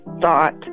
thought